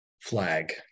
flag